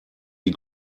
die